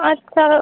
আচ্ছা